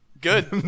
good